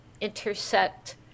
intersect